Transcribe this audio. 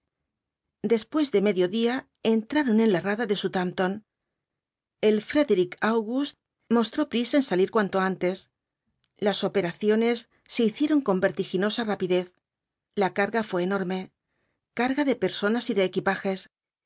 después de mediodía entraron en la rada de southampton el frederic august mostró prisa en salir cuanto antes las operaciones se hicieron con vertiginosa rapidez la carga fué enorme carga de personas y de equipajes